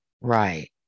Right